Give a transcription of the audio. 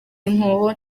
inkoho